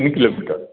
ଦୁଇ କିଲୋମିଟର୍